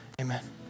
Amen